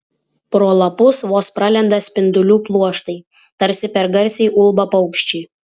pro lapus vos pralenda spindulių pluoštai tarsi per garsiai ulba paukščiai